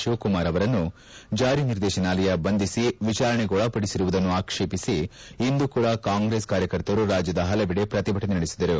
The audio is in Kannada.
ಶಿವಕುಮಾರ್ ಅವರನ್ನು ಜಾರಿ ನಿರ್ದೇಶಾಲಯ ಬಂಧಿಸಿ ವಿಚಾರಣೆಗೊಳಪಡಿಸಿರುವುದನ್ನು ಆಕ್ಷೇಪಿಸಿ ಇಂದು ಕೂಡ ಕಾಂಗ್ರೆಸ್ ಕಾರ್ಯಕರ್ತರು ರಾಜ್ಕದ ಹಲವೆಡೆ ಪ್ರತಿಭಟನೆ ನಡೆಸಿದರು